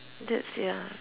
that's ya